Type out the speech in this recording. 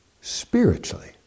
spiritually